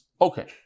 Okay